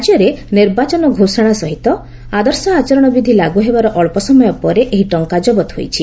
ରାଜ୍ୟରେ ନିର୍ବାଚନ ଘୋଷଣା ସହିତ ଆଦର୍ଶ ଆଚରଣବିଧି ଲାଗୁହେବାର ଅଞ୍ଚସମୟ ପରେ ଏହି ଟଙ୍କା ଜବତ ହୋଇଛି